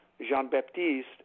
Jean-Baptiste